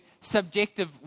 subjective